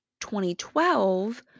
2012